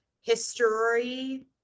history